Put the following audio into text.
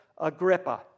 Agrippa